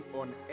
on